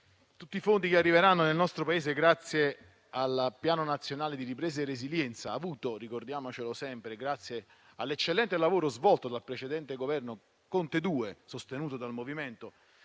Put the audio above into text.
di fondi che arriveranno al nostro Paese grazie al Piano nazionale di ripresa e resilienza, avuti - ricordiamocelo sempre - grazie all'eccellente lavoro svolto dal precedente Governo Conte II, sostenuto dal MoVimento